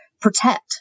protect